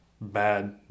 bad